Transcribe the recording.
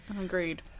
agreed